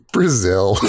Brazil